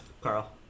Carl